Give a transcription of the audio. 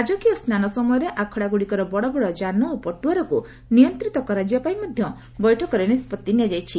ରାଜକୀୟ ସ୍ନାନ ସମୟରେ ଆଖଡ଼ାଗୁଡ଼ିକର ବଡ଼ବଡ଼ ଯାନ ଓ ପଟୁଆରକୁ ନିୟନ୍ତ୍ରିତ କରାଯିବା ପାଇଁ ମଧ୍ୟ ବୈଠକରେ ନିଷ୍ପଭି ନିଆଯାଇଛି